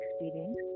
experience